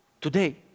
today